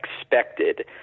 expected